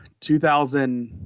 2000